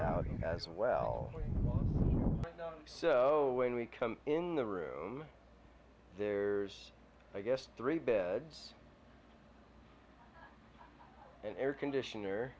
as well so when we come in the room there's a guest three beds an air conditioner